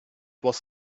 was